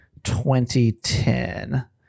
2010